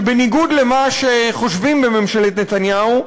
שבניגוד למה שחושבים בממשלת נתניהו,